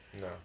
No